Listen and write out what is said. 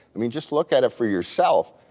i mean just look at it for yourself,